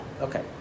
Okay